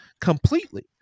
completely